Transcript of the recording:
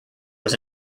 was